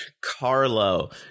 Carlo